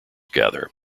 gather